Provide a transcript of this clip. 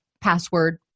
password